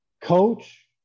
coach